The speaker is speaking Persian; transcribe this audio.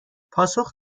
پاسخ